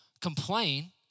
complain